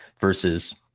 versus